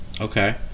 Okay